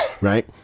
Right